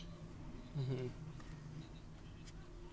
mmhmm